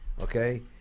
Okay